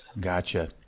Gotcha